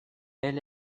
elle